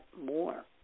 more